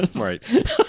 Right